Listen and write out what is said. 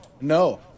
No